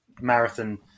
marathon